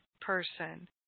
person